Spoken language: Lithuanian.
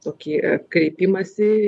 tokį kreipimąsi